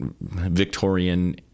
Victorian